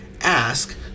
ask